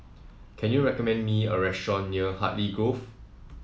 can you recommend me a restaurant near Hartley Grove